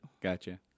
Gotcha